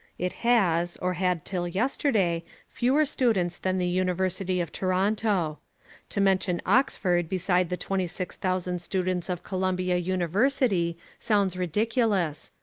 it has, or had till yesterday, fewer students than the university of toronto to mention oxford beside the twenty six thousand students of columbia university sounds ridiculous.